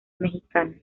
mexicana